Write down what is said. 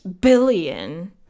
billion